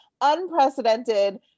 unprecedented